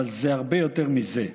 אבל זה הרבה יותר מזה.